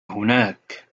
هناك